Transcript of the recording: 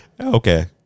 Okay